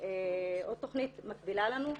בעוד תכנית מקבילה לנו.